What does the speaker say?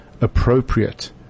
appropriate